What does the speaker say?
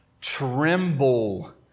Tremble